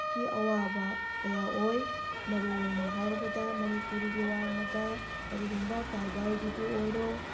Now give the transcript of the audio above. ꯒꯤ ꯑꯋꯥꯕ ꯀꯌꯥ ꯑꯣꯏ ꯃꯔꯨꯑꯣꯏꯅ ꯍꯥꯏꯔꯕꯗ ꯃꯅꯤꯄꯨꯔꯒꯤ ꯋꯥꯡꯃꯗ ꯀꯔꯤꯒꯨꯝꯕ ꯀ꯭ꯔꯕꯥꯔꯒꯤꯕꯨ ꯑꯣꯏꯔꯣ